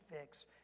fix